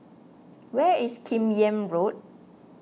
where is Kim Yam Road